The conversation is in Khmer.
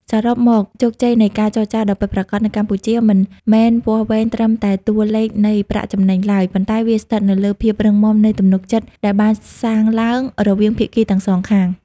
សរុបមក ជោគជ័យនៃការចរចាដ៏ពិតប្រាកដនៅកម្ពុជា មិនមែនវាស់វែងត្រឹមតែតួលេខនៃប្រាក់ចំណេញឡើយ ប៉ុន្តែវាស្ថិតនៅលើភាពរឹងមាំនៃទំនុកចិត្តដែលបានសាងឡើងរវាងភាគីទាំងសងខាង។